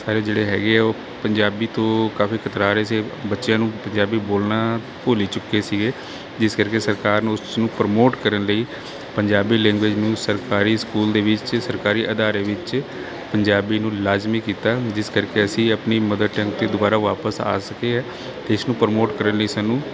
ਸਾਰੇ ਜਿਹੜੇ ਹੈਗੇ ਉਹ ਪੰਜਾਬੀ ਤੋ ਕਾਫੀ ਕਤਰਾ ਰਹੇ ਸੀਗੇ ਬੱਚਿਆ ਨੂੰ ਪੰਜਾਬੀ ਬੋਲਣ ਭੁੱਲ ਈ ਚੁੱਕੇ ਸੀਗੇ ਜਿਸ ਕਰਕੇ ਸਰਕਾਰ ਨੂੰ ਉਸ ਨੂੰ ਪ੍ਰਮੋਟ ਕਰਨ ਲਈ ਪੰਜਾਬੀ ਲੈਗੁਏਜ ਨੂੰ ਸਰਕਾਰੀ ਸਕੂਲ ਦੇ ਵਿਚ ਸਰਕਾਰੀ ਅਦਾਰੇ ਵਿਚ ਪੰਜਾਬੀ ਨੂੰ ਲਾਜਮੀ ਕੀਤਾ ਜਿਸ ਕਰਕੇ ਅਸੀਂ ਆਪਣੀ ਮਦਰ ਟੰਗ ਤੇ ਦੁਬਾਰਾ ਵਾਪਿਸ ਆ ਸਕੇ ਹਾਂ ਤੇ ਇਸ ਨੂੰ ਪ੍ਰਮੋਟ ਕਰਨ ਲਈ ਸਾਨੂੰ